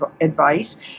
advice